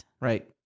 Right